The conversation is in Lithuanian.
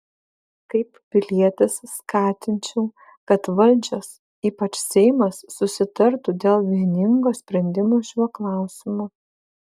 kaip pilietis skatinčiau kad valdžios ypač seimas susitartų dėl vieningo sprendimo šiuo klausimu